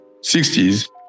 60s